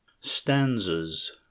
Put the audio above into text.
stanzas